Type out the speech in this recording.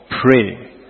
Pray